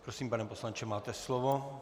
Prosím, pane poslanče, máte slovo.